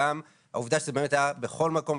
גם העובדה שזה היה בכל מקום,